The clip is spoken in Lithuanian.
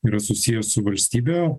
yra susiję su valstybe